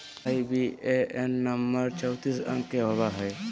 IBAN number चौतीस अंक के होवो हय